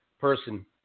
person